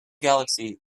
galaxy